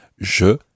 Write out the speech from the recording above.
je